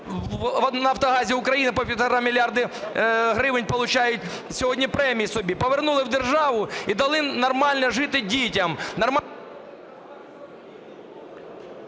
"Нафтогазі України" по півтора мільярда гривень получають сьогодні премій собі, повернули б у державу і дали нормально жити дітям,